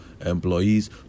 employees